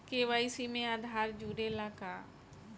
KYC में आधार जुड़े ला का?